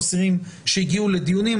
אסירים שהגיעו לדיונים.